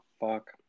Fuck